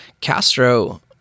Castro